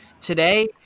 Today